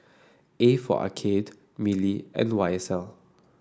A for Arcade Mili and Y S L